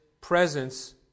presence